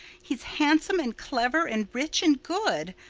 he's handsome and clever and rich and good.